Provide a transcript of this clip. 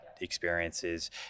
experiences